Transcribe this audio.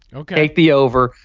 ok. the over.